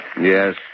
Yes